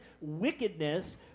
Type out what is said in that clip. wickedness